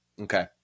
Okay